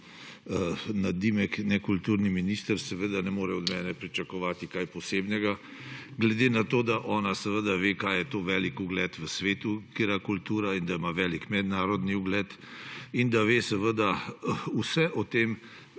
nadimek nekulturni minister, seveda ne more od mene pričakovati kaj posebnega. Glede na to, da ona seveda ve, kaj je to velik ugled v svetu, katera kultura in da ima velik mednarodni ugled in da ve vse o tem,